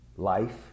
life